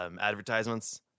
advertisements